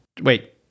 Wait